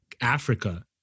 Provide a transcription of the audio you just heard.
africa